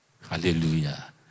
Hallelujah